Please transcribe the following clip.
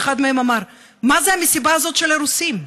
ואחד מהם אמר: מה זו המסיבה הזאת של הרוסים?